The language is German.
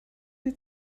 sie